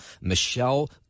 michelle